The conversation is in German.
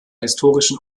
historischen